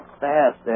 fast